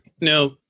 now